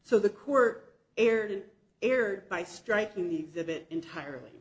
so the court erred erred by striking the exhibit entirely